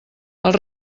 els